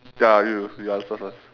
ya you you answer first